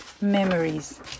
memories